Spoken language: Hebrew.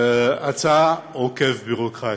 הצעה עוקפת ביורוקרטיה.